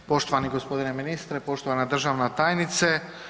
Poštovani g. ministre, poštovana državna tajnice.